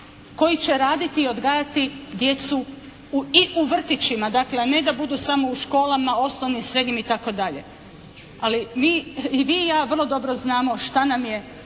koji će raditi i odgajati djecu i u vrtićima, dakle a ne da budu samo u školama osnovnim, srednjim itd. Ali i vi i ja vrlo dobro znamo šta nam je